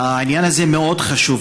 העניין הזה מאוד חשוב,